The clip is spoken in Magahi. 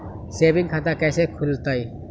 सेविंग खाता कैसे खुलतई?